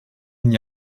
n’y